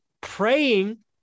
praying